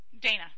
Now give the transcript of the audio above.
Dana